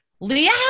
Leah